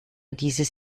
dieses